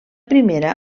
primera